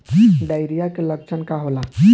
Diarrhoea के लक्षण का होला?